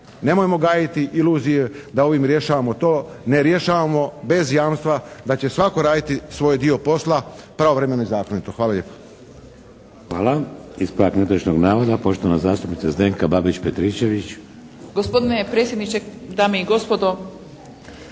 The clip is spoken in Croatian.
Nemojmo gajiti iluzije da ovim rješavamo to. Ne rješavamo bez jamstva da će svatko raditi svoj dio posla pravovremeno i zakonito. Hvala lijepa. **Šeks, Vladimir (HDZ)** Hvala. Ispravak netočnog navoda, poštovana zastupnika Zdenka Babić Petričević. **Babić-Petričević,